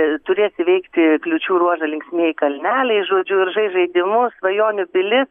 turės įveikti kliūčių ruožą linksmieji kalneliai žodžiu žais žaidimus svajonių pilis